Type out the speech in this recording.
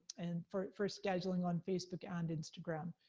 and for for scheduling on facebook and instagram,